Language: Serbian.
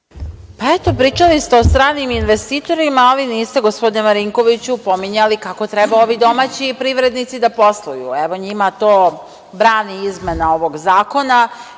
Eto, pričali ste o stranim investitorima ali niste, gospodine Marinkoviću, pominjali kako treba ovi domaći privrednici da posluju. Njima to brani izmena ovog zakona